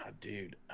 dude